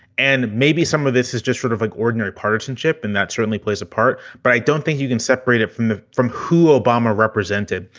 and maybe some of this is just sort of like ordinary partisanship. and that certainly plays a part. but i don't think you can separate it from the from who obama represented,